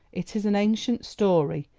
it is an ancient story,